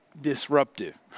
disruptive